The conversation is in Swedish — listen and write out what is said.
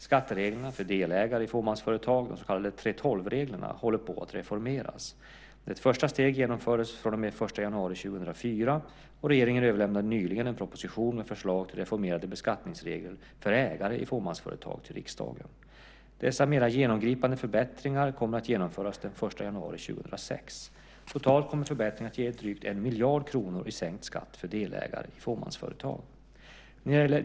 Skattereglerna för delägare i fåmansföretag, de så kallade 3:12-reglerna, håller på att reformeras. Ett första steg genomfördes den 1 januari 2004, och regeringen överlämnade nyligen en proposition med förslag till reformerade beskattningsregler för ägare i fåmansföretag till riksdagen. Dessa mera genomgripande förbättringar kommer att genomföras den 1 januari 2006. Totalt kommer förbättringarna att ge drygt 1 miljard kronor i sänkt skatt för delägare i fåmansföretag.